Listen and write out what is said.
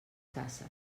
caça